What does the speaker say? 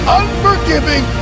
unforgiving